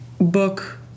book